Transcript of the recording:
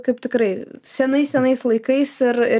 kaip tikrai senais senais laikais ir